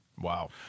Wow